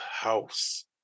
house